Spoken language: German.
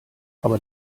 aber